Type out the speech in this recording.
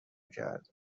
کرده